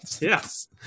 yes